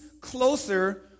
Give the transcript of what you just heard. closer